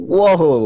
Whoa